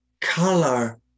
color